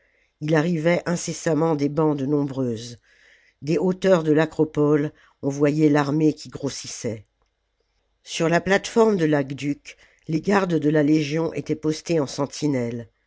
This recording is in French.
il arrivait incessamment des bandes nombreuses des hauteurs de l'acropole on voyait l'armée qui grossissait sur la plate-forme de l'aqueduc les gardes de la légion étaient postés en sentinelles